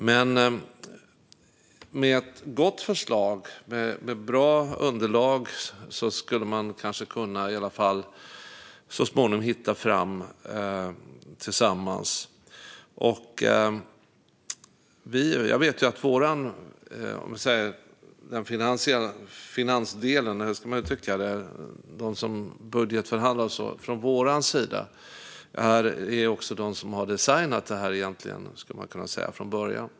Men med ett gott förslag med bra underlag skulle man kanske så småningom kunna hitta fram tillsammans. De som budgetförhandlar från vår sida är också de som egentligen har designat detta från början, skulle man kunna säga.